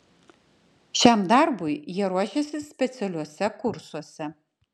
šiam darbui jie ruošiasi specialiuose kursuose